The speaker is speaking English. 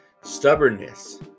stubbornness